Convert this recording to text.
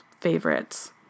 favorites